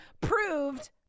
proved